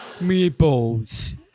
Meatballs